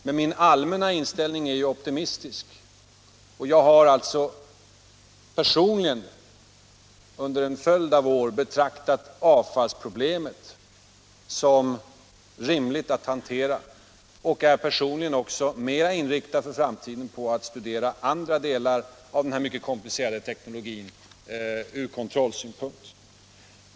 Men min allmänna inställning är ju optimistisk, och jag har personligen under en följd av år betraktat avfallsproblemet som rimligt att hantera. Personligen är jag också för framtiden mera inriktad på att studera andra delar av den här mycket komplicerade teknologin ur kontrollsynpunkt.